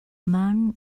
man